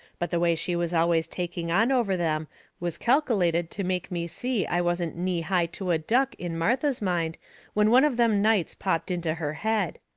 but the way she was always taking on over them was calkelated to make me see i wasn't knee-high to a duck in martha's mind when one of them nights popped into her head.